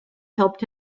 helped